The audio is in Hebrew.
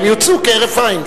הם יוצאו כהרף-עין,